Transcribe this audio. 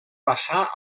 passà